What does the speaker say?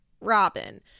Robin